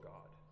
God